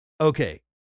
okay